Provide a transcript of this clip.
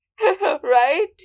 Right